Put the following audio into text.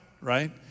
right